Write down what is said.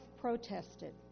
protested